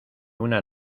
una